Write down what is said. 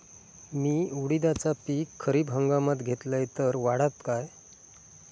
मी उडीदाचा पीक खरीप हंगामात घेतलय तर वाढात काय?